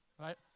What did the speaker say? right